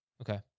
Okay